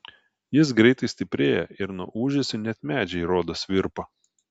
jis greitai stiprėja ir nuo ūžesio net medžiai rodos virpa